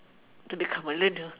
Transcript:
to become a learner